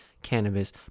Cannabis